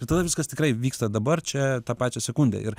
ir tada viskas tikrai vyksta dabar čia tą pačią sekundę ir